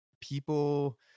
people